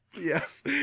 Yes